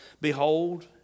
Behold